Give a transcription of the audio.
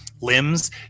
limbs